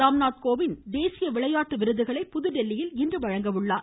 ராம்நாத் கோவிந்த் தேசிய விளையாட்டு விருதுகளை புதுதில்லியில் இன்று வழங்குகிறார்